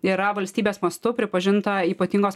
yra valstybės mastu pripažinta ypatingos